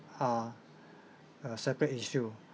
are a separate issue